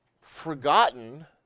forgotten